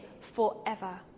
forever